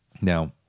Now